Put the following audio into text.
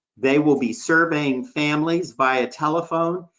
they will be surveying families via telephone,